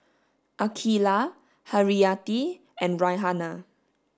Aqeelah Haryati and Raihana